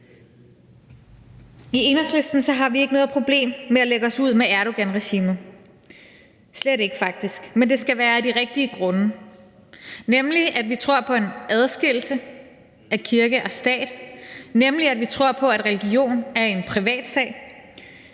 I Enhedslisten har vi ikke noget problem med at lægge os ud med Erdoganregimet, slet ikke faktisk. Men det skal være af de rigtige grunde, nemlig at vi tror på en adskillelse af kirke og stat, nemlig at vi tror på, at religion er en privatsag,